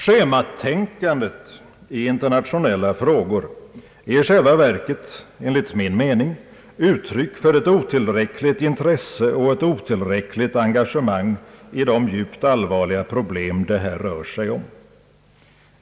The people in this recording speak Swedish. Schematänkandet i internationella frågor är i själva verket enligt min mening uttryck för ett otillräckligt intresse för och ett otillräckligt engagemang i de djupt allvarliga problem det här rör sig om.